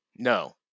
No